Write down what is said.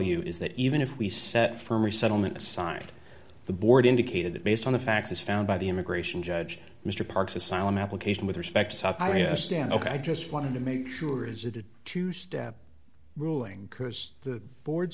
you is that even if we set firmly settlement aside the board indicated that based on the facts as found by the immigration judge mr parks asylum application with respect to stand ok i just want to make sure is it a two step ruling because the board